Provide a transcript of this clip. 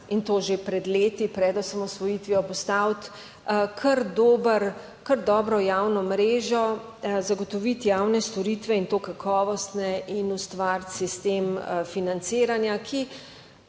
in to že pred leti, pred osamosvojitvijo postaviti kar dobro javno mrežo, zagotoviti javne storitve, in to kakovostne, in ustvariti sistem financiranja, ki